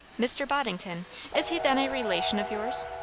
mr. boddington is he then a relation of yours?